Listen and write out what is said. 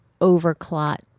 over-clot